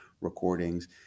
recordings